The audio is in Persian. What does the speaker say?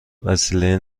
وسیله